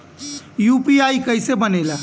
UPI कईसे बनेला?